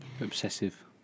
Obsessive